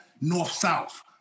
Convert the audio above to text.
north-south